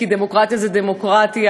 כי דמוקרטיה זה דמוקרטיה,